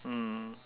mm